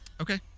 Okay